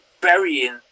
burying